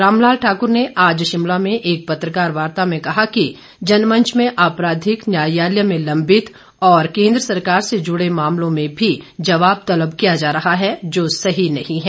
रामलाल ठाकर ने आज शिमला में एक पत्रकार वार्ता में कहा कि जनमंच में आपराधिक न्यायालय में लंबित और केन्द्र सरकार से जुड़े मामलों में भी जवाब तलब किया जा रहा है जो सही नहीं है